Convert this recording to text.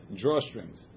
drawstrings